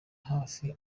hafi